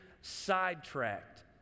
sidetracked